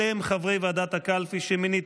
אלה הם חברי ועדת הקלפי שמיניתי: